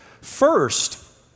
First